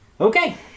Okay